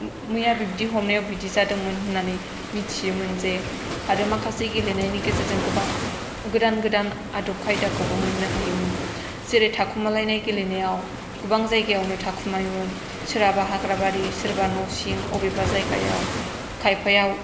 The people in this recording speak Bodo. मैया बिबदि हमनायाव बिबदि जादोंमोन होननानै मिथियोमोन जे आरो माखासे गेलेनायनि गेजेरजों गोबां गोदान गोदान आदब खायदाखौबो मोननो हायोमोन जेरै थाखुमालायनाय गेलेनायाव गोबां जायगायावनो थाखुमायोमोन सोरहाबा हाग्राबारि सोरबाबा न'सिं अबेबा जायगायाव खायफाया